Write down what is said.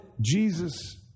Jesus